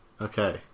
Okay